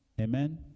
Amen